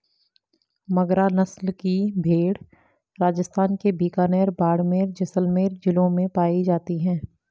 मगरा नस्ल की भेंड़ राजस्थान के बीकानेर, बाड़मेर, जैसलमेर जिलों में पाई जाती हैं